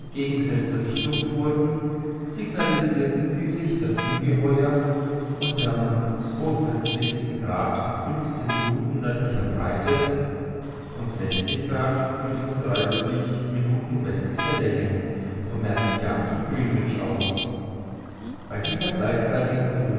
entgegengesetzter richtung fuhren signalisirten sie sich das ungeheuer unterm grad minuten nördlicher breite und grad minuten westlicher länge vom meridian zu greenwich aus bei dieser gleichzeitigen